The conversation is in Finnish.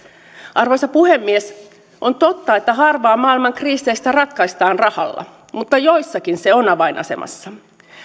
arvoisa puhemies on totta että harva maailman kriiseistä ratkaistaan rahalla mutta joissakin se on avainasemassa